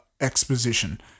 exposition